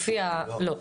לא?